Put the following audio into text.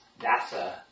NASA